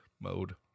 mode